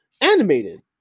animated